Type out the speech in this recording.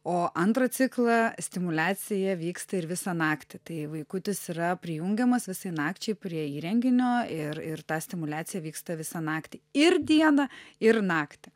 o antrą ciklą stimuliacija vyksta ir visą naktį tai vaikutis yra prijungiamas visai nakčiai prie įrenginio ir ir ta stimuliacija vyksta visą naktį ir dieną ir naktį